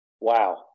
Wow